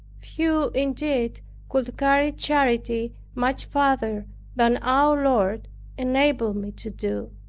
few indeed could carry charity much farther than our lord enabled me to do,